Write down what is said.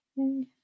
okay